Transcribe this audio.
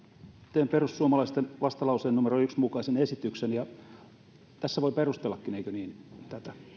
teen perussuomalaisten vastalauseen numero yhden mukaisen esityksen ja tässä voi perustellakin eikö niin tätä